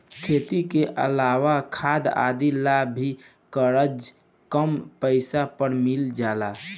खेती के अलावा खाद आदि ला भी करजा कम पैसा पर मिल जाला